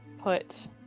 put